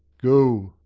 go.